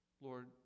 Lord